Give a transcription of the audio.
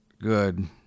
good